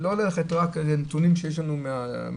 כלומר לא ללכת רק לפי הנתונים שיש לנו מהלמ"ס,